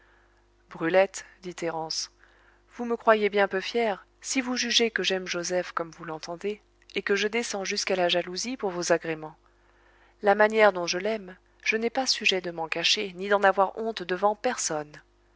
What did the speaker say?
brulette dit thérence vous me croyez bien peu fière si vous jugez que j'aime joseph comme vous l'entendez et que je descends jusqu'à la jalousie pour vos agréments la manière dont je l'aime je n'ai pas sujet de m'en cacher ni d'en avoir honte devant personne